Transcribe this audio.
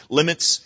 limits